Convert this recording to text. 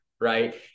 right